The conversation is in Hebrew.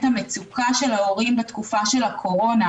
המצוקה של ההורים בתקופה של הקורונה.